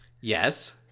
Yes